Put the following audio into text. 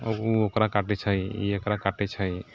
आ ओ ओकरा काटै छै ई एकरा काटै छै